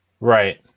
Right